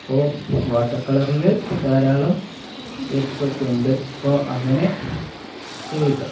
അപ്പോൾ വാട്ടർ കളറിൽ ധാരാളം സ്റ്റെപ്പ്സ് ഒക്കെ ഉണ്ട് അപ്പോൾ അങ്ങനെ ചെയ്യുക